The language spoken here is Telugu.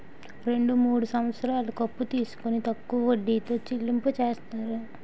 రెండు మూడు సంవత్సరాలకు అప్పు తీసుకొని తక్కువ వడ్డీతో చెల్లింపు చేస్తారు